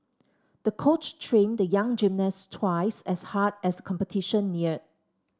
the coach trained the young gymnast twice as hard as the competition neared